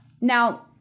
Now